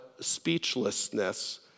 speechlessness